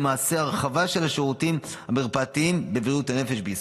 ולמעשה הרחבה של השירותים המרפאתיים בבריאות הנפש בישראל.